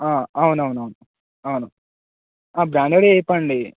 అవునవునవును అవును బ్రాండడ్ చెప్పండి